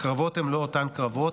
הקרבות הם לא אותם קרבות,